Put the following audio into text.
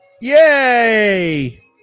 yay